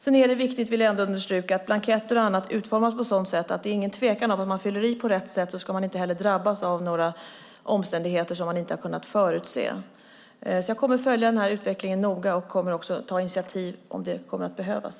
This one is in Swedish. Jag vill ändå understryka att det är viktigt att blanketter och annat utformas på ett sådant sätt att det inte är någon tvekan att om man fyller i på rätt sätt ska man heller inte drabbas av några omständigheter som man inte har kunnat förutse. Jag kommer att följa utvecklingen noga och också ta initiativ om det kommer att behövas.